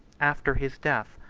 after his death,